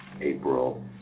April